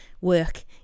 work